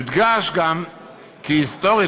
יודגש גם כי היסטורית,